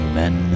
men